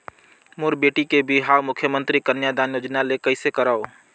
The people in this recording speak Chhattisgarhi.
मोर बेटी के बिहाव मुख्यमंतरी कन्यादान योजना ले कइसे करव?